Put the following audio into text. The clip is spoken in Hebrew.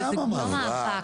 למה מאבק?